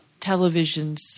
televisions